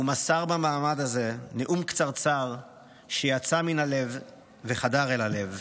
והוא מסר במעמד הזה נאום קצרצר שיצא מן הלב וחדר אל הלב.